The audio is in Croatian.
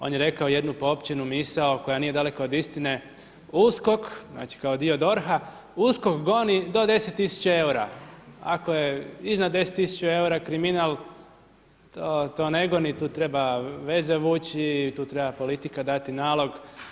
On je rekao jednu poopćenu misao koja nije daleko od istine, USKOK, znači kao dio DORH-a, USKOK goni do 10 tisuća eura ako je iznad 10 tisuća eura kriminal to ne goni, tu treba veze vući, tu treba politika dati nalog.